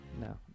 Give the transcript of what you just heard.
No